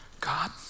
God